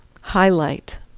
highlight